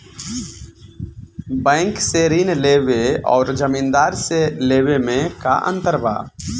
Bank से ऋण लेवे अउर जमींदार से लेवे मे का अंतर बा?